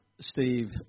Steve